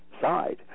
side